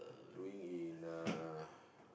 doing in uh